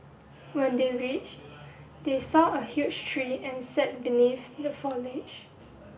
when they reached they saw a huge tree and sat beneath the foliage